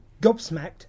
gobsmacked